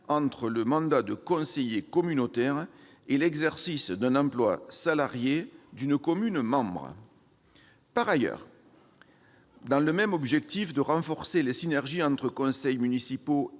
entre le mandat de conseiller communautaire et l'exercice d'un emploi salarié auprès d'une commune membre. Par ailleurs, dans le même objectif de renforcement des synergies entre conseils municipaux et